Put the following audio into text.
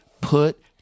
put